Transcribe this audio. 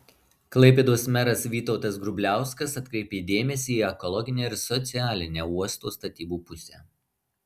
klaipėdos meras vytautas grubliauskas atkreipė dėmesį į ekologinę ir socialinę uosto statybų pusę